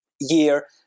year